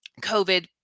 COVID